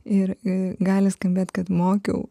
ir a gali skambėt kad mokiau